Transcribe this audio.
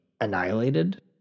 annihilated